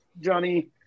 Johnny